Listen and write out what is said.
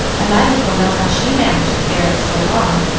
i might as well know how she managed to bear it so long.